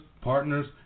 partners